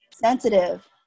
sensitive